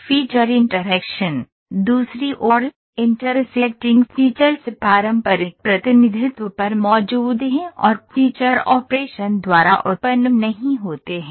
feature interaction दूसरी ओर intersecting features पारंपरिक प्रतिनिधित्व पर मौजूद हैं और फीचर ऑपरेशन द्वारा उत्पन्न नहीं होते हैं